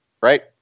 right